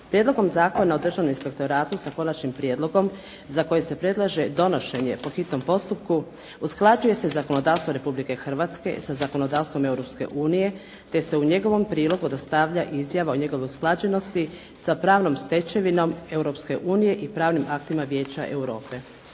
Prijedlogom Zakona o Državnom inspektoratu, s Konačnim prijedlogom za koji se predlaže donošenje po hitnom postupku, usklađuje se zakonodavstvo Republike Hrvatske sa zakonodavstvom Europske unije te se u njegovom prilogu dostavlja izjava o njegovoj usklađenosti sa pravnom stečevinom Europske unije i pravnim aktima Vijeća Europe.